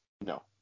no